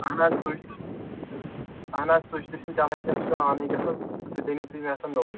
اہن حظ سُچ تہِ چھُ اہن حظ سُچ تہِ چھُنہٕ چلان کیٚنٛہہ سُہ چھُنہٕ آونٕے گژھان سُہ تہِ أنِو تُہۍ مےٚ باسان نوٚوٕے